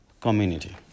community